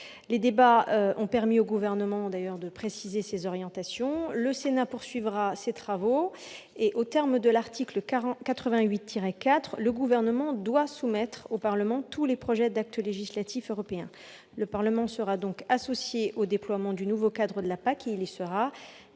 Les débats ont d'ailleurs permis au Gouvernement de préciser ses orientations. Le Sénat poursuivra ses travaux. Aux termes de l'article 88-4 de la Constitution, le Gouvernement doit soumettre au Parlement tous les projets d'actes législatifs européens. Le Parlement sera donc associé au déploiement du nouveau cadre de la PAC. Il y sera-